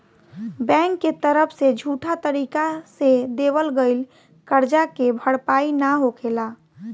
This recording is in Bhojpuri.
बैंक के तरफ से झूठा तरीका से देवल गईल करजा के भरपाई ना होखेला